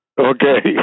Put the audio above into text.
Okay